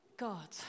God